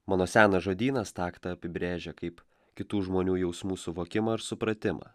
mano senas žodynas taktą apibrėžia kaip kitų žmonių jausmų suvokimą ir supratimą